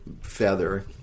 feather